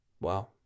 Wow